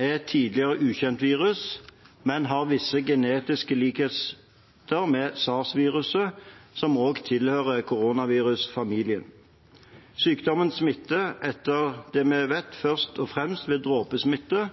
er et tidligere ukjent virus, men har visse genetiske likheter med sarsviruset, som også tilhører koronavirusfamilien. Sykdommen smitter, etter det vi vet, først og fremst ved dråpesmitte